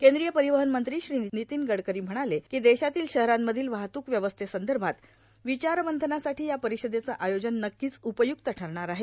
कद्रीय र्पारवहन मंत्री श्री र्नितीन गडकरां म्हणाले कां देशातील शहरांमधील वाहत्क व्यवस्थेसंदभात विचारमंथनासाठी या र्पारषदेचं आयोजन नक्कोच उपयुक्त ठरणार आहे